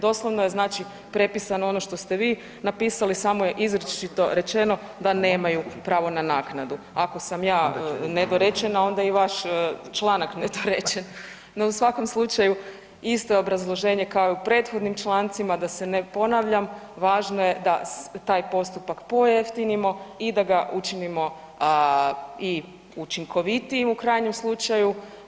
Doslovno je znači prepisano ono što ste vi napisali, samo je izričito rečeno da „nemaju pravo na naknadu“ ako sam ja nedorečena onda je i vaš članak nedorečen, no u svakom slučaju isto obrazloženje kao i u prethodnim člancima da se ne ponavljam, važno je da taj postupak pojeftinimo i da ga učinimo i učinkovitijim u krajnjem slučaju.